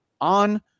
on